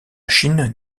chine